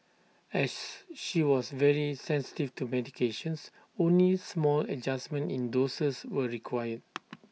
as she was very sensitive to medications only small adjustments in doses were required